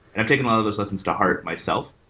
i've taken a lot of those lessons to heart myself.